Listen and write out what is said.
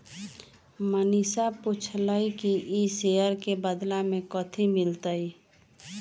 मनीषा पूछलई कि ई शेयर के बदला मे कथी मिलतई